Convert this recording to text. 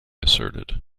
asserted